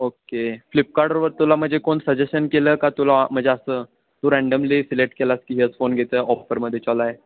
okay फ्लिपकार्टवर तुला म्हणजे कोण सजेशन केलं का तुला म्हणजे असं तू रँडमली सिलेक्ट केलास की हेच फोन घेतं ऑफरमध्ये चालू आहे